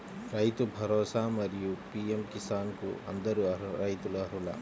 రైతు భరోసా, మరియు పీ.ఎం కిసాన్ కు అందరు రైతులు అర్హులా?